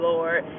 Lord